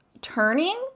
turning